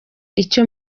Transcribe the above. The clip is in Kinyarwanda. icyo